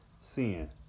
sin